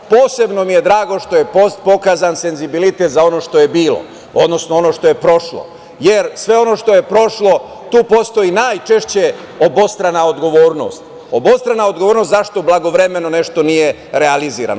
Posebno mi je drago što je pokazan senzibilitet za ono što je bilo, odnosno ono što je prošlo, jer sve ono što je prošlo tu postoji najčešće obostrana odgovornost, obostrana odgovornost zašto blagovremeno nešto nije realizovano.